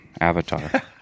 Avatar